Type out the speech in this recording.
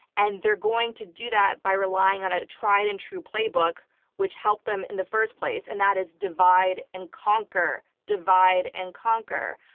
and they're going to do that by relying on a tried and true playbook which helped them in the first place, and that is divide and conquer. divide and conquer.